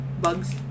Bugs